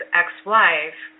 ex-wife